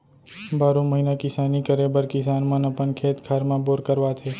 बारो महिना किसानी करे बर किसान मन अपन खेत खार म बोर करवाथे